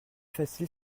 facile